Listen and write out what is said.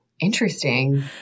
interesting